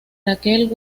raquel